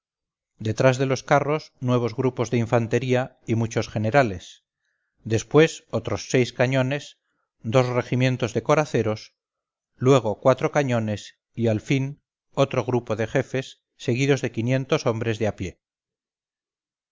detrás de los carros nuevos grupos de infantería y muchos generales después otros seis cañones dos regimientos de coraceros luego cuatro cañones y al fin otro grupo de jefes seguidos de quinientos hombres de a pie